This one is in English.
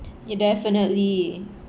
you definitely